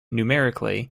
numerically